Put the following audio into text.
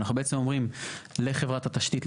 אנחנו בעצם אומרים לחברת התשתית,